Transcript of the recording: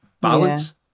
balance